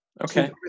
Okay